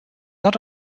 not